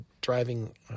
driving